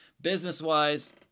Business-wise